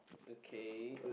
okay